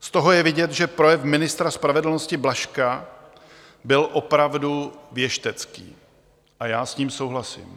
Z toho je vidět, že projev ministra spravedlnosti Blažka byl opravdu věštecký, a já s ním souhlasím.